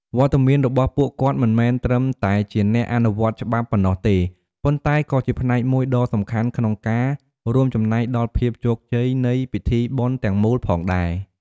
វត្តមានរបស់ពួកគាត់មិនមែនត្រឹមតែជាអ្នកអនុវត្តច្បាប់ប៉ុណ្ណោះទេ ប៉ុន្តែក៏ជាផ្នែកមួយដ៏សំខាន់ក្នុងការរួមចំណែកដល់ភាពជោគជ័យនៃពិធីបុណ្យទាំងមូលផងដែរ។